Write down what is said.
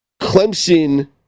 Clemson